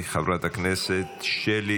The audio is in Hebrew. חברת הכנסת נעמה לזימי,